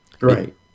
Right